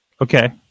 okay